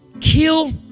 kill